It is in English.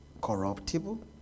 corruptible